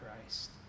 Christ